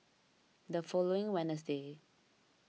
the following Wednesday